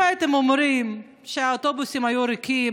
אם הייתם אומרים שהאוטובוסים ריקים,